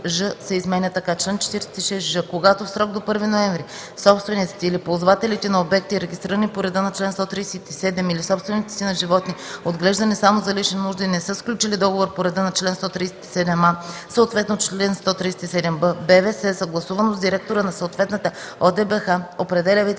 се изменя така: „Чл. 46ж. Когато в срок до 1 ноември собствениците или ползвателите на обекти, регистрирани по реда на чл. 137, или собствениците на животни, отглеждани само за лични нужди, не са сключили договор по реда на чл. 137а, съответно чл. 137б, БВС, съгласувано с директора на съответната ОДБХ, определя